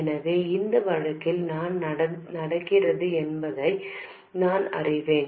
எனவே இந்த வழக்கில் என்ன நடக்கிறது என்பதை நான் அறிவேன்